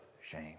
shame